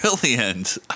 Brilliant